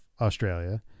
Australia